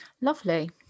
Lovely